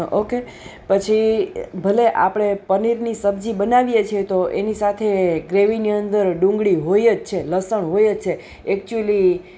okay પછી ભલે આપણે પનીરની સબ્જી બનાવીએ છીએ તો એની સાથે ગ્રેવીની અંદર ડુંગળી હોય જ છે લસણ હોય જ છે એક્ચ્યુઅલી